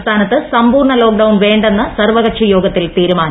സംസ്ഥാനത്ത് സമ്പൂർണ്ണ ലോക്ഡിച്ചുൺ വേണ്ടെന്ന് സർവ്വകക്ഷിയോഗത്തിൽ തീരുമാന്ത്